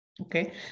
Okay